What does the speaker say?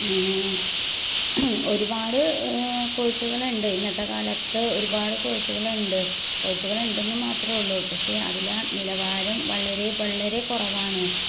ഒരുപാട് കോഴ്സുകളുണ്ട് ഇന്നത്തെ കാലത്ത് ഒരുപാട് കോഴ്സുകളുണ്ട് കോഴ്സുകളുണ്ടെന്ന് മാത്രമേയുള്ളൂ പക്ഷേ അതിലെ നിലവാരം വളരെ വളരെ കുറവാണ്